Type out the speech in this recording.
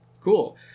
Cool